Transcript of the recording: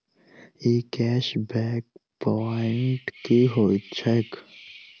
ई cash back point की होइत छैक?